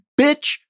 bitch